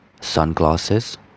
sunglasses